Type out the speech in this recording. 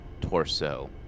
torso